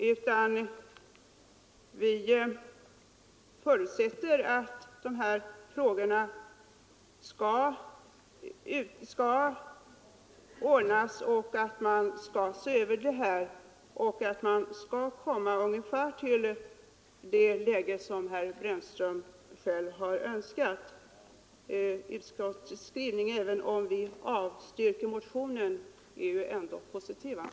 Utskottet förutsätter att de här förhållandena skall ses över så att vi kommer ungefär till det läge som herr Brännström har önskat. Utskottets skrivning är sålunda positiv, även om vi avstyrker motionen.